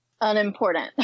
unimportant